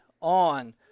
on